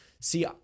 See